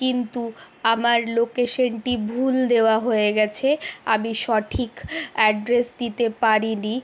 কিন্তু আমার লোকেশনটি ভুল দেওয়া হয়ে গিয়েছে আমি সঠিক অ্যাড্রেস দিতে পারিনি